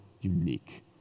unique